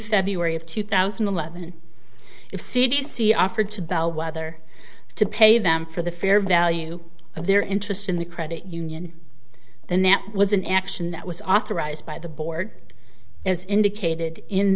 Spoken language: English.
february of two thousand and eleven if c d c offered to bell whether to pay them for the fair value of their interest in the credit union then that was an action that was authorized by the board as indicated in